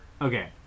Okay